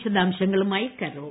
വിശദാംശങ്ങളുമായി കരോൾ